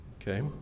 Okay